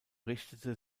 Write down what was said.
richtete